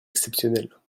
exceptionnelles